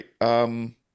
right